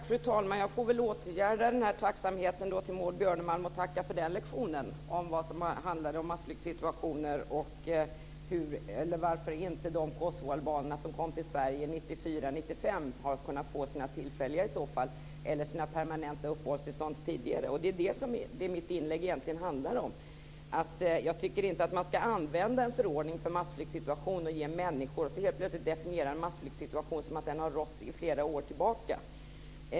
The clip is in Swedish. Fru talman! Jag får väl återgälda tacksamheten från Maud Björnemalm och tacka för lektionen om massflyktssituationen och varför inte de kosovoalbaner som kom till Sverige 1994-1995 har kunnat få sina tillfälliga eller sina permanenta uppehållstillstånd tidigare. Det är vad mitt inlägg egentligen handlade om. Jag tycker inte att man ska använda en förordning för massflyktssituationer och helt plötsligt definiera en massflyktssituation som att den har rått sedan flera år tillbaka.